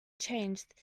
changed